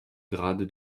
grade